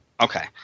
Okay